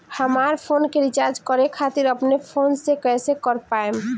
हमार फोन के रीचार्ज करे खातिर अपने फोन से कैसे कर पाएम?